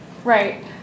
Right